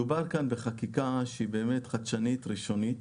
מדובר כאן בחקיקה חדשנית וראשונית,